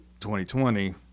2020